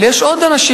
אבל יש עוד אנשים,